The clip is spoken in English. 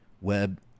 web